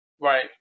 Right